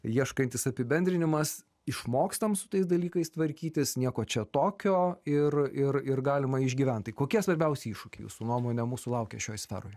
ieškantis apibendrinimas išmokstam su tais dalykais tvarkytis nieko čia tokio ir ir ir galima išgyvent tai kokie svarbiausi iššūkiai jūsų nuomone mūsų laukia šioje sferoje